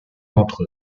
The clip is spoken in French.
d’entre